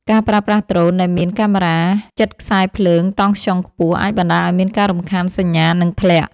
ការប្រើប្រាស់ដ្រូនដែលមានកាមេរ៉ាជិតខ្សែភ្លើងតង់ស្យុងខ្ពស់ អាចបណ្ដាលឱ្យមានការរំខានសញ្ញា និងធ្លាក់។